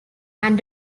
and